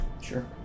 Sure